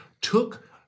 took